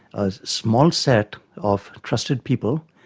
a small set of trusted people,